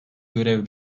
görev